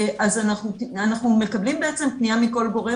אז אנחנו מקבלים בעצם פנייה מכל גורם.